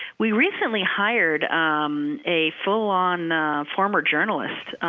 we recently hired a full-on former journalist